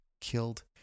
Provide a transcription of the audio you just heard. killed